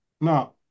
Now